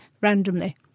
randomly